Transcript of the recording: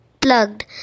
plugged